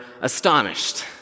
astonished